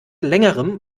längerem